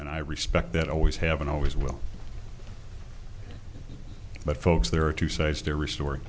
and i respect that always have and always will but folks there are two sides to every story